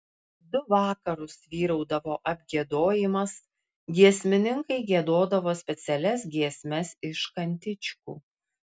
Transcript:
du vakarus vyraudavo apgiedojimas giesmininkai giedodavo specialias giesmes iš kantičkų